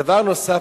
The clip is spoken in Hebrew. דבר נוסף,